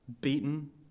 Beaten